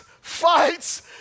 fights